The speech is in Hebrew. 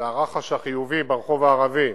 הרחש החיובי ברחוב הערבי.